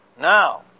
Now